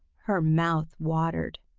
her mouth watered.